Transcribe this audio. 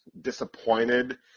disappointed